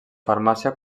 farmàcia